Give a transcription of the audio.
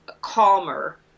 calmer